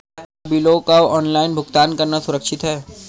क्या बिलों का ऑनलाइन भुगतान करना सुरक्षित है?